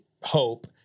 hope